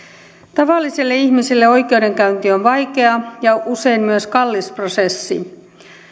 tavalliselle ihmiselle oikeudenkäynti on vaikea ja usein myös kallis prosessi